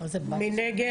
מי נגד?